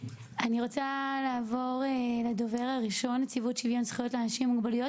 אני רוצה לעבור לדובר הראשון מנציבות שוויון לאנשים עם מוגבלויות,